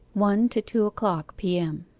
one to two o'clock p m.